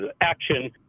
action